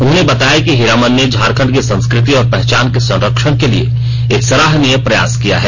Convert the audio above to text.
उन्होंने बताया कि हीरामन ने झारखण्ड की संस्कृति और पहचान के संरक्षण के लिए एक सराहनीय प्रयास किया है